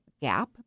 gap